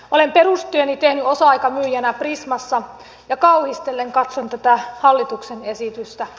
olen perustyöni tehnyt osa aikamyyjänä prismassa ja kauhistellen katson tätä hallituksen esitystä